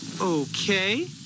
okay